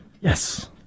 Yes